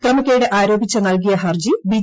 ക്രമക്കേട് ആരോപിച്ച് നൽകിയ ഹർജി ബി